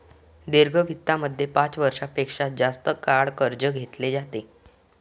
दीर्घ वित्तामध्ये पाच वर्षां पेक्षा जास्त काळ कर्ज घेतले जाते